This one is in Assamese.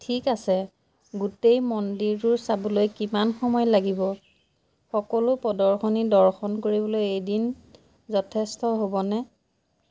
ঠিক আছে গোটেই মন্দিৰটো চাবলৈ কিমান সময় লাগিব সকলো প্ৰদৰ্শনী দৰ্শন কৰিবলৈ এদিন যথেষ্ট হ'বনে